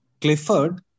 Clifford